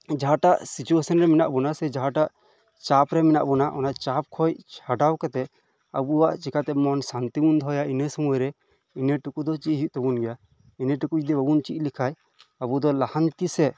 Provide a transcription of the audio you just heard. ᱡᱟᱦᱟᱸᱴᱟᱜ ᱥᱤᱪᱩᱭᱮᱥᱮᱱ ᱨᱮ ᱢᱮᱱᱟᱜ ᱵᱚᱱᱟ ᱡᱟᱦᱟᱸᱴᱟᱜ ᱪᱟᱯ ᱨᱮ ᱢᱮᱱᱟᱜ ᱵᱚᱱᱟ ᱚᱱᱟ ᱪᱟᱯ ᱠᱷᱚᱱ ᱪᱷᱟᱰᱟᱣ ᱠᱟᱛᱮᱫ ᱟᱵᱚᱣᱟᱜ ᱪᱤᱠᱟᱹᱛᱮ ᱢᱚᱱ ᱥᱟᱱᱛᱤ ᱵᱚᱱ ᱫᱚᱦᱚᱭᱟ ᱤᱱᱟᱹ ᱥᱳᱢᱳᱭ ᱨᱮ ᱤᱱᱟᱹ ᱴᱩᱠᱩ ᱫᱚ ᱪᱮᱫ ᱦᱳᱭᱳᱜ ᱛᱟᱵᱚᱱ ᱜᱮᱭᱟ ᱤᱱᱟᱹᱴᱩᱠᱩ ᱡᱩᱫᱤ ᱵᱟᱵᱚᱱ ᱪᱮᱫ ᱞᱮᱠᱷᱟᱱ ᱟᱵᱚ ᱫᱚ ᱞᱟᱦᱟᱱᱛᱤ ᱥᱮᱫ